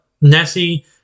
Nessie